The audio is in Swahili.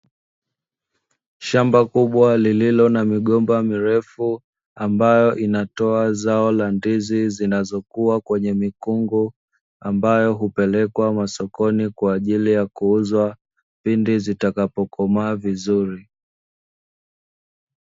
Shamba kubwa lililo na migomba mirefu ambayo inatoa zao la ndizi zinazokuwa kwenye mikungu ambayo hupelekwa masokoni kwa ajili ya kuuzwa pindi zitakapokomaa vizuri.